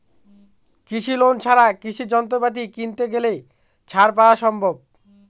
কৃষি লোন ছাড়া কৃষি যন্ত্রপাতি কিনতে গেলে ছাড় পাওয়া সম্ভব?